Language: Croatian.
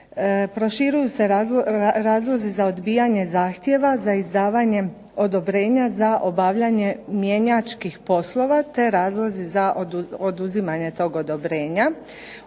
Proširuju se razlozi za odbijanje zahtjeva za izdavanjem odobrenja za obavljanje mjenjačkih poslova te razlozi za oduzimanje tog odobrenja.